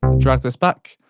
drag this back,